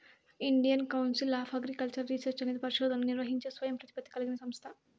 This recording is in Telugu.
Indian council of agricultural research అనేది పరిశోధనలను నిర్వహించే స్వయం ప్రతిపత్తి కలిగిన సంస్థ